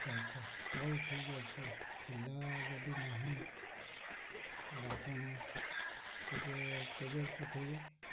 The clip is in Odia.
ଆଚ୍ଛା ଆଚ୍ଛା ହଉ ଠିକ୍ ଅଛି ପିଲା ଯଦି ନାହିଁ ତାହେଲେ ଆପଣ ଟିକେ କେବେ ପଠେଇବେ